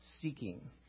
seeking